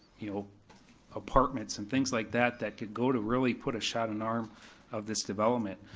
you know apartments and things like that that could go to really put a shot in arm of this development.